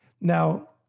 Now